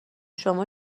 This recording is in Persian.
شما